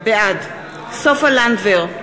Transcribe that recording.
בעד סופה לנדבר,